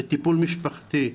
לטיפול משפחתי,